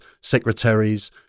secretaries